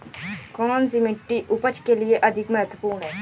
कौन सी मिट्टी उपज के लिए अधिक महत्वपूर्ण है?